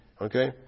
okay